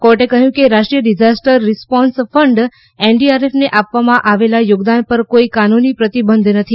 કોર્ટે કહ્યું કે રાષ્ટ્રીય ડિઝાસ્ટર રિસ્પોન્સ ફંડ એનડીઆરએફને આપવામાં આવેલા યોગદાન પર કોઈ કાનૂની પ્રતિબંધ નથી